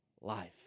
life